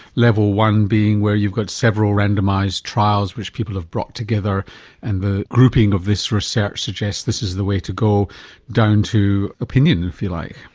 level one being where you've got several randomised trials which people have brought together and the grouping of this research suggests this is the way to go down to opinion if you like?